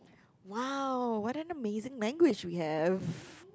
!wow! what an amazing language we have